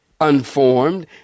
unformed